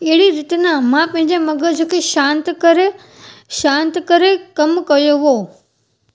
अहिड़ी रीत ना मां पंहिंजे मग़ज़ु खे शांत करे शांत करे कमु कयो हुओ